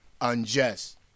unjust